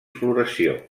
floració